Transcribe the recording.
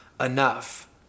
enough